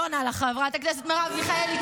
לא עונה לך, חברת הכנסת מרב מיכאלי.